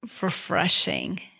refreshing